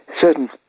certain